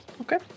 Okay